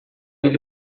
ele